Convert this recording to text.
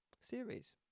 series